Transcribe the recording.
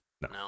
No